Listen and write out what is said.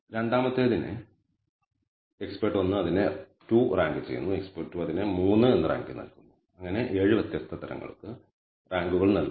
രണ്ടാമത്തേതിന് expert 1 അതിനെ 2 rank ചെയ്യുന്നു expert 2 അതിനെ 3 റാങ്ക് നൽകുന്നു അങ്ങനെ 7 വ്യത്യസ്ത തരങ്ങൾക്ക് റാങ്കുകൾ നൽകുന്നു